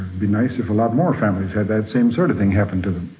be nice if a lot more families had that same sort of thing happened to